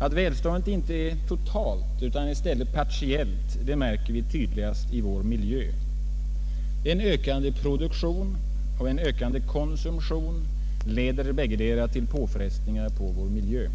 Att välståndet inte är totalt utan i stället partiellt märker vi tydligast i vår miljö. En ökande produktion och en ökande konsumtion leder bäggedera till påfrestningar på miljön.